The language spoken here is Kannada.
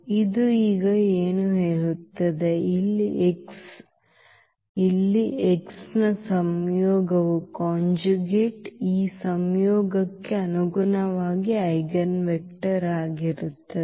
ಇದು ಈಗ ಏನು ಹೇಳುತ್ತದೆ ಈ ಇಲ್ಲಿ x ನ ಸಂಯೋಗವು ಈ ಸಂಯೋಗಕ್ಕೆ ಅನುಗುಣವಾದ ಐಜೆನ್ವೆಕ್ಟರ್ ಆಗಿರುತ್ತದೆ